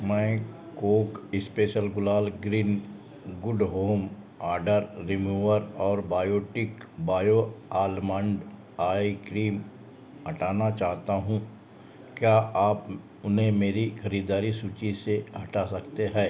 मैं coke special गुलाल green good home odour remover और Biotique bio almond eye cream हटाना चाहता हूँ क्या आप उन्हें मेरी खरीदारी सूची से हटा सकते हैं